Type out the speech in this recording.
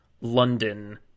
London